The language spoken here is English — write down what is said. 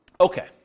Okay